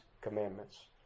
commandments